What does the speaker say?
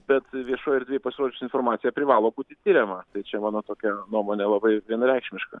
bet viešoj erdvėj pasirodžiusi informacija privalo būti tiriama tai čia mano tokia nuomonė labai vienareikšmiška